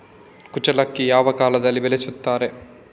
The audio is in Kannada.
ಕುಚ್ಚಲಕ್ಕಿ ಯಾವ ಕಾಲದಲ್ಲಿ ಬೆಳೆಸುತ್ತಾರೆ?